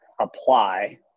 apply